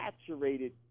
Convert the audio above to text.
saturated